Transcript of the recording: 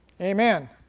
Amen